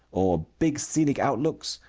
or big scenic outlooks,